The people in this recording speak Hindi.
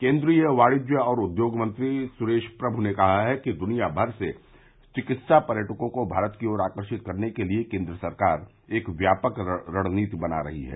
केन्द्रीय वाणिज्य और उद्योग मंत्री सुरेश प्रमु ने कहा है कि दुनियामर से चिकित्सा पर्यटकों को भारत की ओर आकर्षित करने के लिए केन्द्र सरकार एक व्यापक रणनीति बना रही है